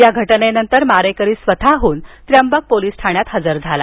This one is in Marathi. या घटनेनंतर मारेकरी स्वतहून त्र्यंबक पोलीस ठाण्यात हजर झाला